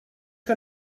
que